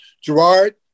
Gerard